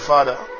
Father